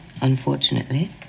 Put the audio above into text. unfortunately